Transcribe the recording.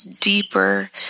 deeper